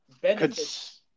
benefits